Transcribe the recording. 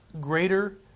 greater